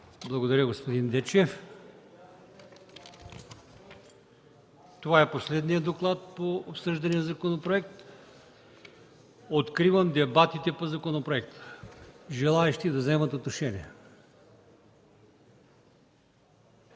Благодаря, господин Дечев. Това е последният доклад по обсъждания законопроект. Откривам дебатите по законопроекта. Желаещи да вземат отношение?